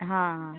हां हां